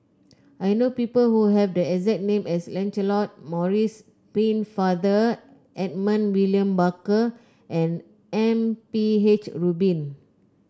I know people who have the exact name as Lancelot Maurice Pennefather Edmund William Barker and M P H Rubin